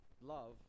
love